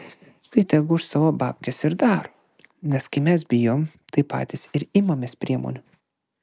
tai tegu už savo babkes ir daro nes kai mes bijom tai patys ir imamės priemonių